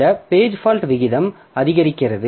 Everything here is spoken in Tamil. இந்த பேஜ் ஃபால்ட் விகிதம் அதிகரிக்கிறது